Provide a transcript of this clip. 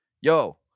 Yo